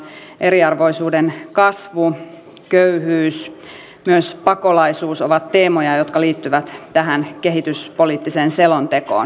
eriarvoisuuden kasvu köyhyys myös pakolaisuus ovat teemoja jotka liittyvät tähän kehityspoliittiseen selontekoon